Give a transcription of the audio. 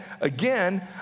again